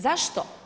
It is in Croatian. Zašto?